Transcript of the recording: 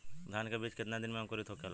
धान के बिज कितना दिन में अंकुरित होखेला?